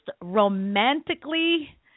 romantically